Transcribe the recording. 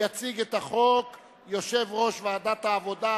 יציג את החוק יושב-ראש ועדת העבודה,